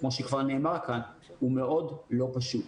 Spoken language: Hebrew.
כמו שכבר נאמר כאן, הוא מאוד לא פשוט.